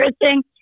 interesting